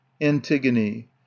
Antigone